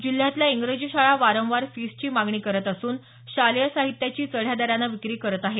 जिल्ह्यातल्या इंग्रजी शाळा वारंवार फिसची मागणी करत असून शालेय साहित्याची चढ्या दरानं विक्री करत आहेत